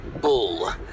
bull